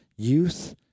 Youth